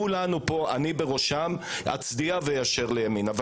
כולם פה אני בראשם אצדיע ואיישר לימין אבל